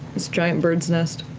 this giant's bird's nest?